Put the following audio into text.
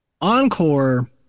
encore